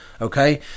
okay